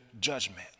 judgment